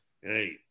hey